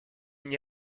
n’y